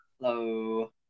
Hello